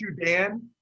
Dan